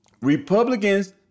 Republicans